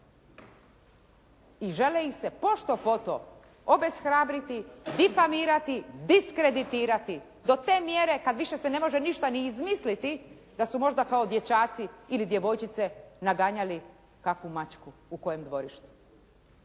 I želi ih se pošto poto obeshrabriti, difamirati, diskreditirati do te mjere kad više se ne može ništa ni izmisliti da su možda kao dječaci ili djevojčice naganjali kakvu mačku u kojem dvorištu.